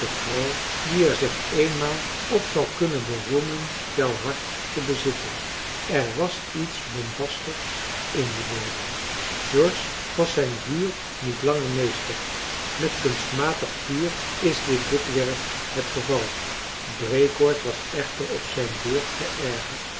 die er zich eenmaal op zal kunnen beroemen jou hart te bezitten er was iets bombastigs in die woorden george was zijn vuur niet langer meester met kunstmatig vuur is dit dikwerf het geval breekoord was echter op zijn beurt geërgerd